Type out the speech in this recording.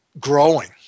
growing